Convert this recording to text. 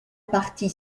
partie